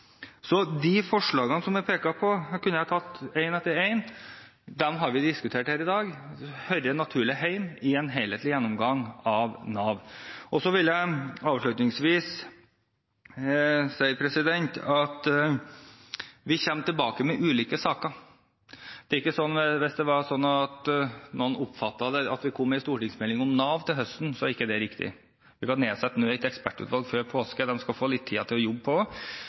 De forslagene det er pekt på, kunne jeg tatt ett etter ett – de har vi diskutert her i dag og de hører naturlig hjemme i en helhetlig gjennomgang av Nav. Så vil jeg avslutningsvis si at vi kommer tilbake med ulike saker. Hvis noen oppfattet det slik at det kommer en stortingsmelding om Nav til høsten, er ikke det riktig. Vi skal nedsette et ekspertutvalg før påske, og de skal få litt tid å jobbe på.